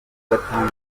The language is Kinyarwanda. gatandatu